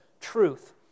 truth